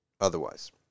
otherwise